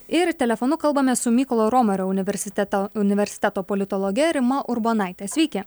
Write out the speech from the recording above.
ir telefonu kalbamės su mykolo romerio universiteto universiteto politologe rima urbonaite sveiki